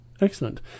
excellent